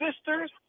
sisters